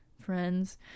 friends